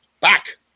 back